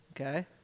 okay